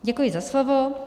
Děkuji za slovo.